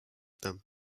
them